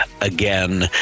again